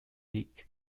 league